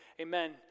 Amen